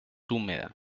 húmeda